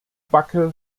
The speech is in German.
backe